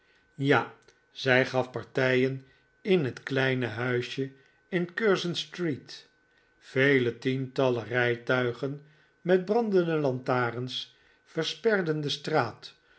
ja zij gaf partijen in het kleine huisje in curzon street vele tientallen rijtuigen met brandende lantaarns versperden de straat